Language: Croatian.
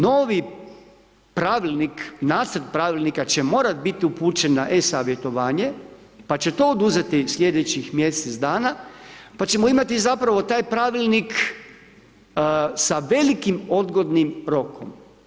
Novi pravilnik, nacrt pravilnika će morati biti upućen na e-savjetovanje, pa će to oduzeti sljedećih mjesec dana, pa ćemo imati zapravo taj pravilnik, sa velikim odgodim rokom.